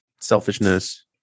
selfishness